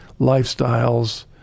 lifestyles